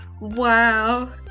Wow